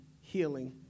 healing